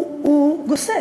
הוא גוסס.